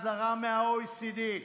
אזהרה מה-OECD.